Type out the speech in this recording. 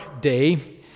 day